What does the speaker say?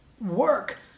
work